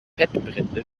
fettbrände